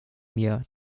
mir